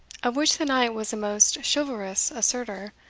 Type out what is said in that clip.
of which the knight was a most chivalrous assertor,